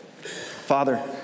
Father